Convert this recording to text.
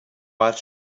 but